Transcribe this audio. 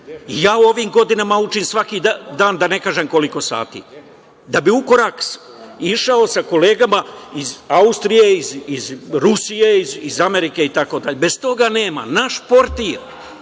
ja u ovim godinama učim svaki dan, da ne kažem koliko sati da bih išao u korak sa kolegama iz Austrije, iz Rusije, iz Amerike, itd. Bez toga nema. Naš portir